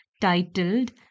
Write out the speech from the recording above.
titled